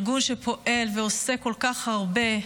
ארגון שפועל ועושה כל כך הרבה,